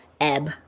ebb